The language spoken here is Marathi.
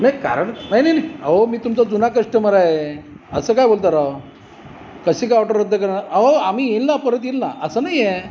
नाही कारण नाही नाही नाही अहो मी तुमचा जुना कस्ट्मर आहे असं काय बोलता राव कशी काय ऑर्डर रद्द करणार अहो आम्ही येईल ना परत येईल ना असं नाही आहे